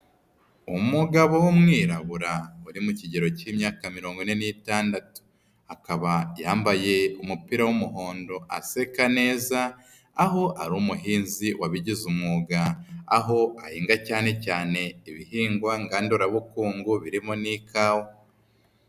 Umugabo w'umwirabura uri mu kigero k'imyaka mirongo ine n'itandatu akaba yambaye umupira w'umuhondo aseka neza aho ari umuhinzi wabigize umwuga, aho ahinga cyane cyane ibihingwa ngandurabukungo birimo n'ikawa.